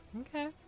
Okay